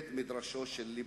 מבית-מדרשו של ליברמן.